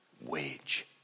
wage